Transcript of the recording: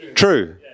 True